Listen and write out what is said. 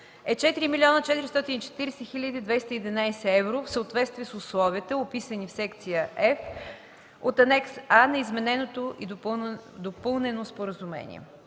е 4 млн. 440 хил. 211 евро в съответствие с условията, описани в секция „F” от Анекс А на измененото и допълнено Споразумение.